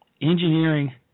engineering